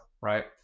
right